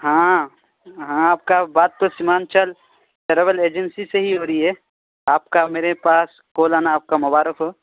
ہاں ہاں آپ کا بات تو سیمانچل ٹریول ایجنسی سے ہی ہو رہی ہے آپ کا میرے پاس کال آنا آپ کا مبارک ہو